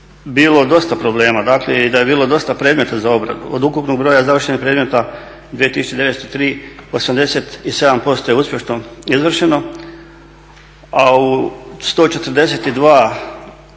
bilo dosta problem, dakle i da je bilo dosta predmeta za obradu. Od ukupnog broja završenih predmeta 2903 87% je uspješno izvršeno a u 142